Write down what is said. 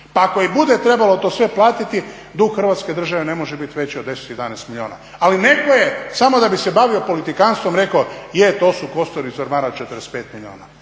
pa ako i bude trebalo to sve platiti, dug Hrvatske države ne može biti veći od 10, 11 milijuna, ali netko je, samo da bi se bavio politikantstvom rekao, je, to su kosturi iz ormara, 45 milijuna.